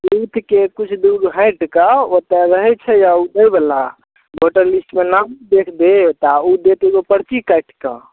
बुथके किछु दूर हैटि कऽ ओतऽ रहै छै आ ओ दै बला भोटर लिस्टमे नाम देख देत आ ओ देत एगो परची काटि कऽ